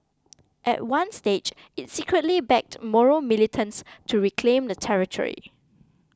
at one stage it secretly backed Moro militants to reclaim the territory